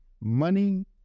Money